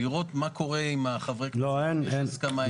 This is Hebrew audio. לראות מה קורה עם חברי הכנסת ואם יש הסכמה.